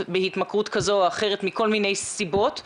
בהתמכרות כזו או אחרת מכל מיני סיבות,